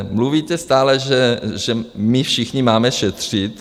Mluvíte stále, že my všichni máme šetřit.